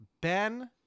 Ben